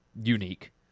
unique